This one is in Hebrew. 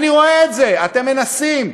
אני רואה את זה, אתם מנסים.